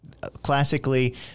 classically